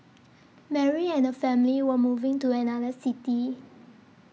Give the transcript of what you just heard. Mary and her family were moving to another city